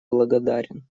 благодарен